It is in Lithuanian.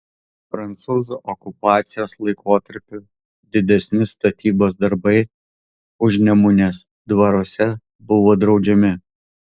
prancūzų okupacijos laikotarpiu didesni statybos darbai užnemunės dvaruose buvo draudžiami